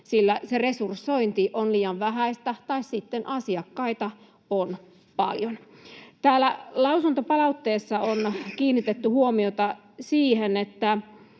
sillä resursointi on liian vähäistä tai sitten asiakkaita on paljon. Täällä lausuntopalautteessa on kiinnitetty huomiota siihen,